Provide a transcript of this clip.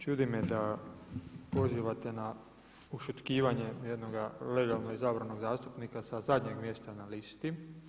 Čudi me da pozivate na ušutkivanje jednoga legalnog izabrana zastupnika sa zadnjeg mjesta na listi.